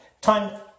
time